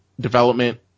development